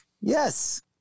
yes